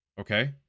okay